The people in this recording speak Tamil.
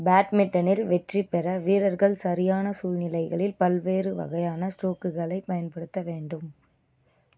பேட்மிண்டனில் வெற்றி பெற வீரர்கள் சரியான சூழ்நிலைகளில் பல்வேறு வகையான ஸ்ட்ரோக்குகளை பயன்படுத்த வேண்டும்